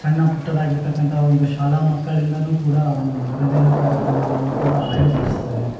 ಸಣ್ಣ ಪುಟ್ಟದಾಗಿರ್ತಕ್ಕಂಥ ಒಂದು ಶಾಲಾ ಮಕ್ಕಳಿಂದಲೂ ಕೂಡ ಒಂದು ಮನರಂಜನೆ ಕಾರ್ಯಕ್ರಮಗಳನ್ನ ಕೂಡ ಆಯೋಜಿಸ್ತಾರೆ